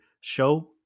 show